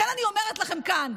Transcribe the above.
אני אומרת לכם כאן,